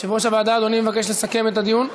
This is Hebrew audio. יושב-ראש הוועדה, אדוני, מבקש לסכם את הדיון?